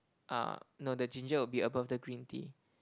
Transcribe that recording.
uh no the ginger would be above the green tea